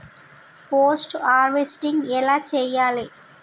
Post harvesting ఎలా చెయ్యాలే?